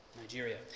Nigeria